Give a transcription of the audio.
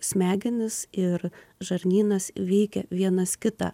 smegenys ir žarnynas veikia vienas kitą